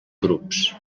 grups